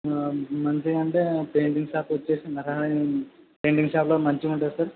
మంచిగా అంటే పెయింటింగ్ షాప్కొచ్చేసి నారాయణ్ పెయింటింగ్ షాప్లో మంచిగుంటుంది సార్